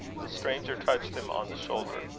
the stranger touched him on the shoulder.